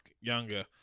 younger